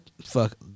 fuck